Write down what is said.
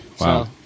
wow